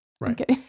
Right